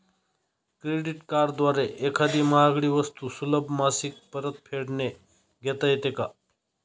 Credit कार्डद्वारे एखादी महागडी वस्तू सुलभ मासिक परतफेडने घेता येते का?